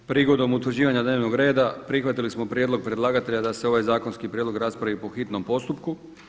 Prigodom utvrđivanja dnevnog reda prihvatili smo prijedlog predlagatelja da se ovaj zakonski prijedlog raspravi po hitnom postupku.